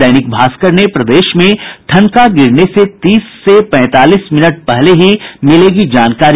दैनिक भास्कर ने प्रदेश में ठनका गिरने से तीस से पैंतालीस मिनट पहले ही मिलेगी जानकारी